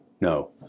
No